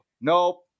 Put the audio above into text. Nope